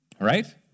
Right